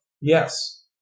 Yes